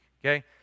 okay